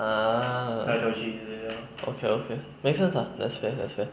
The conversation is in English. ah okay okay 没事 ah that's fair that's fair